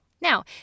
Now